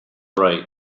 right